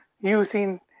using